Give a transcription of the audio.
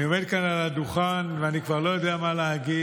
אני עומד כאן על הדוכן ואני כבר לא יודע מה להגיד.